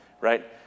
right